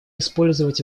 использовать